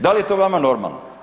Da li je to vama normalno?